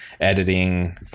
editing